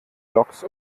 loks